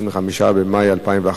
5, אין מתנגדים, אין